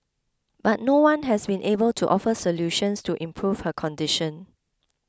but no one has been able to offer solutions to improve her condition